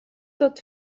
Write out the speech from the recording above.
tot